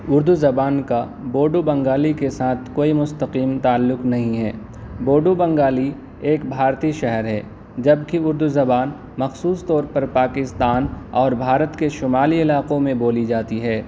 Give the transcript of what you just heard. اردو زبان کا بوڈو بنگالی کے ساتھ کوئی مستقیم تعلق نہیں ہے بوڈو بنگالی ایک بھارتی شہر ہے جبکہ اردو زبان مخصوص طور پر پاکستان اور بھارت کے شمالی علاقوں میں بولی جاتی ہے